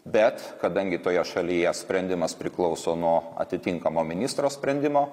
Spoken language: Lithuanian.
bet kadangi toje šalyje sprendimas priklauso nuo atitinkamo ministro sprendimo